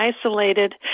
isolated